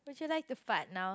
would you like to fart now